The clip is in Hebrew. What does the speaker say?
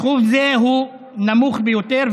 סכום זה הוא נמוך ביותר,